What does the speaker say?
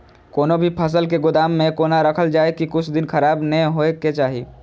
कोनो भी फसल के गोदाम में कोना राखल जाय की कुछ दिन खराब ने होय के चाही?